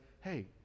hey